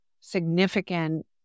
significant